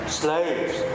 slaves